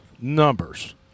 numbers